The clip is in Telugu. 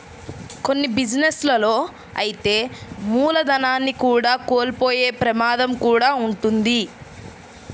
కొన్ని బిజినెస్ లలో అయితే మూలధనాన్ని కూడా కోల్పోయే ప్రమాదం కూడా వుంటది